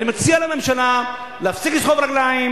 ואני מציע לממשלה להפסיק לגרור רגליים